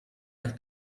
jak